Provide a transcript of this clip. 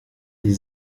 die